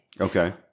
Okay